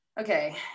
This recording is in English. Okay